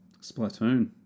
Splatoon